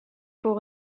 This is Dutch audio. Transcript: voor